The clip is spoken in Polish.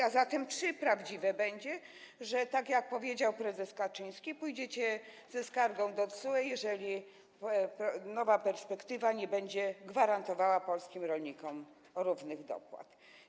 A zatem czy prawdą będzie, że tak jak powiedział prezes Kaczyński, pójdziecie ze skargą do TSUE, jeżeli nowa perspektywa nie będzie gwarantowała polskim rolnikom równych dopłat?